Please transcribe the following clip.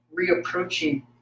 reapproaching